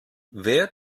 wer